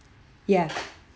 ya